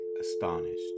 astonished